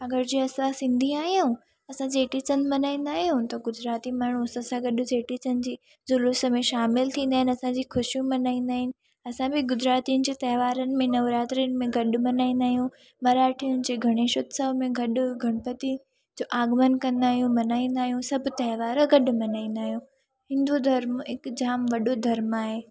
अगरि जे असां सिंधी आहियूं असां चेटी चंड मल्हाईंदा आहियूं त गुजराती माण्हू असां सां गॾु चेटी चंड जी जुलूस में शामिल थींदा आहिनि असांजी ख़ुशियूं मल्हाईंदा आहिनि असां बि गुजरातियुनि जो त्योहारन में नवरात्रियुनि में गॾु मनाईंदा आयूं मराठीयुनि जे गणेश उत्सव में गॾु गणपति जो आगमन कंदा आहियूं मल्हाईंदा आहियूं सब त्योहार गॾु मल्हाईंदा आहियूं हिंदु धर्म हिकु जाम वॾो धर्म आहे